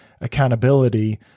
accountability